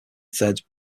thirds